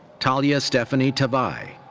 tahlia stephanie tavai.